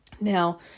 Now